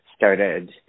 started